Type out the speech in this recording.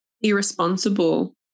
irresponsible